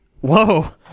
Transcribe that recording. Whoa